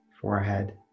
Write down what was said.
forehead